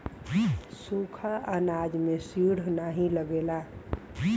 सुखा अनाज में सीड नाही लगेला